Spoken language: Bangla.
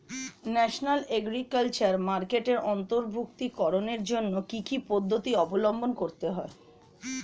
ন্যাশনাল এগ্রিকালচার মার্কেটে অন্তর্ভুক্তিকরণের জন্য কি কি পদ্ধতি অবলম্বন করতে হয়?